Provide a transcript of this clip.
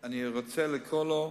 אני רוצה לקרוא לו,